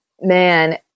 man